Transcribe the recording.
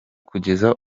kugeza